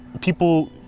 people